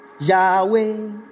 Yahweh